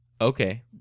Okay